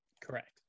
Correct